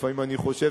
לפעמים אני חושב,